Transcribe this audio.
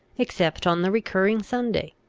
except on the recurring sunday.